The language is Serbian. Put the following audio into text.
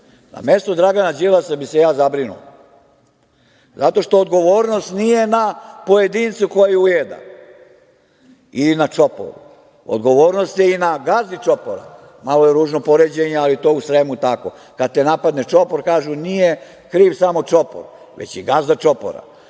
Na mestu Dragana Đilasa bih se ja zabrinuo, zato što odgovornost nije na pojedincu koji ujeda i na čoporu. Odgovornost je i na gazdi čopora. Malo je ružno poređenje, ali to u Sremu je tako. Kada te napadne čopor kažu – nije kriv samo čopor, već i gazda